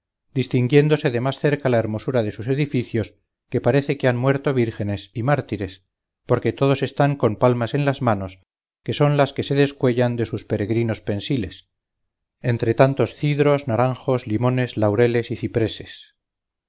distinguiéndose de más cerca la hermosura de sus edificios que parece que han muerto vírgines y mártires porque todos están con palmas en las manos que son las que se descuellan de sus peregrinos pensiles entre tantos cidros naranjos limones laureles y cipreses